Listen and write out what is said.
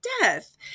Death